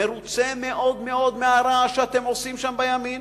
מרוצה מאוד מאוד מהרעש שאתם עושים שם בימין,